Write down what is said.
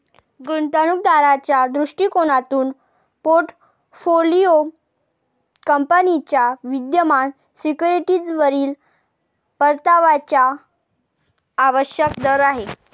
गुंतवणूक दाराच्या दृष्टिकोनातून पोर्टफोलिओ कंपनीच्या विद्यमान सिक्युरिटीजवरील परताव्याचा आवश्यक दर आहे